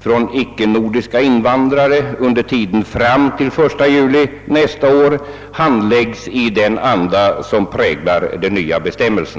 från icke-nordiska invandrare under tiden fram till den 1 juli nästa år handläggs i den anda som präglar de nya bestämmelserna.